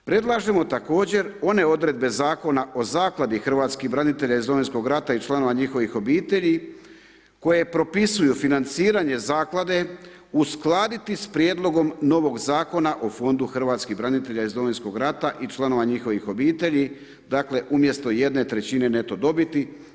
Predlažemo također one odredbe Zakona o Zakladi hrvatskih branitelja iz Domovinskog rata i članova njihovih obitelji koje propisuju financiranje zaklade uskladiti s prijedlogom novog Zakona o fondu hrvatskih branitelja iz Domovinskog rata i članova njihovih obitelji dakle umjesto 1/3 neto dobiti sada će se za razvojne, socijalne i humanitarne mjere u svrhu poboljšanja statusa hrvatskih branitelja iz Domovinskog rata i članova njihovih obitelji, biti namjena 1/2 dobiti.